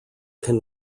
can